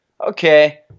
Okay